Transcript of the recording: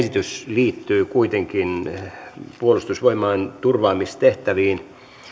liittyy kuitenkin puolustusvoimain turvaamistehtäviin mikä